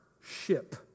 ship